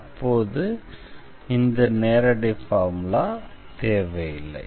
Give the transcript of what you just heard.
அப்போது இந்த நேரடி ஃபார்முலா தேவையில்லை